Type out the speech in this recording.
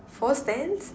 four stands